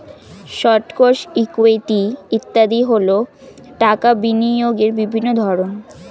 stocks, equity ইত্যাদি হল টাকা বিনিয়োগের বিভিন্ন ধরন